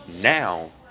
now